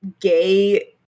gay